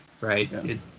right